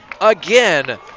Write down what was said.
again